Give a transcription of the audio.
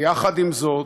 עם זאת,